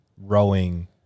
rowing